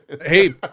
Hey